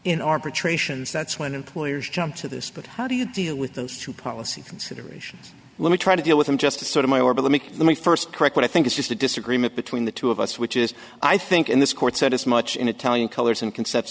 in arbitrate that's when employers jump to this but how do you deal with those two policy considerations let me try to deal with them just to sort of my over but let me let me first correct what i think is just a disagreement between the two of us which is i think in this court said as much in italian colors in concep